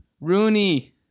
Rooney